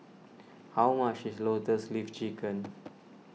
how much is Lotus Leaf Chicken